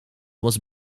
was